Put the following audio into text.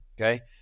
okay